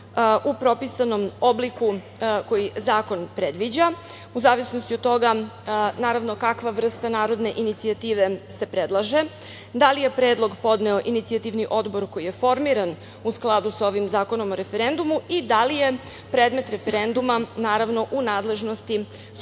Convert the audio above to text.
u propisanom obliku koji zakon predviđa u zavisnosti od toga, naravno, kakva vrsta narodne inicijative se predlaže, da li je predlog podneo inicijativni odbor koji je formiran u skladu sa ovim Zakonom o referendumu i da li je predmet referenduma, naravno, u nadležnosti Skupštine